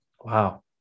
Wow